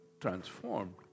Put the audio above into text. transformed